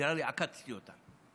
נראה לי עקצתי אותם.